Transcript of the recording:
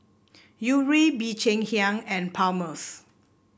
Yuri Bee Cheng Hiang and Palmer's